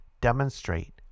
demonstrate